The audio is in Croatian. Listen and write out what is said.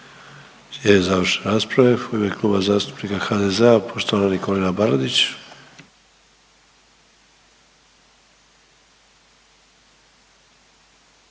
završne rasprave, u ime Kluba zastupnika HDZ-a poštovana Nikolina Baradić.